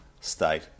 state